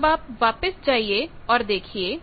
अब आप वापस जाइए और देखिए